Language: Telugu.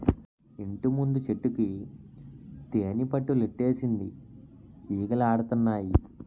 ఇంటిముందు చెట్టుకి తేనిపట్టులెట్టేసింది ఈగలాడతన్నాయి